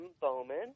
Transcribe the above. Bowman